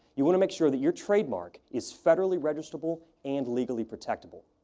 you want to make sure that your trademark is federally registrable and legally protectable.